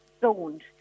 zoned